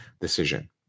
decision